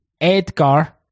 Edgar